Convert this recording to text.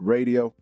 Radio